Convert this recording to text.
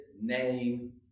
name